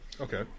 Okay